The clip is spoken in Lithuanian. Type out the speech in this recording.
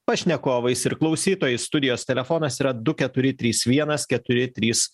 pašnekovais ir klausytojais studijos telefonas yra du keturi trys vienas keturi trys